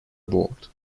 aboard